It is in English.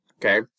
Okay